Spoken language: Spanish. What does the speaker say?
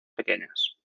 pequeñas